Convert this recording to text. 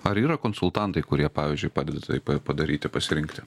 ar yra konsultantai kurie pavyzdžiui padeda tai pa padaryti pasirinkti